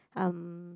um